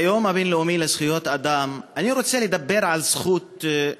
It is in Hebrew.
ביום הבין-לאומי לזכויות אדם אני רוצה לדבר על זכות,